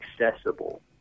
accessible